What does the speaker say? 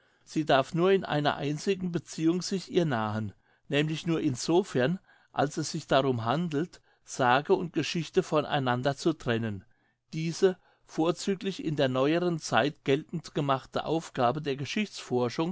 sie darf nur in einer einzigen beziehung sich ihr nahen nämlich nur in sofern als es sich darum handelt sage und geschichte von einander zu trennen diese vorzüglich in der neueren zeit geltend gemachte aufgabe der